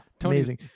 amazing